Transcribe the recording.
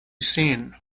seen